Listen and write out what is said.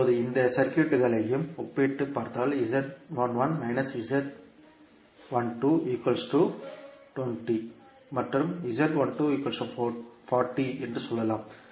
இப்போது இந்த இரண்டு சர்க்யூட்களையும் ஒப்பிட்டுப் பார்த்தால் மற்றும் என்று சொல்லலாம்